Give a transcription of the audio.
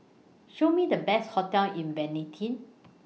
Show Me The Best hotels in Vientiane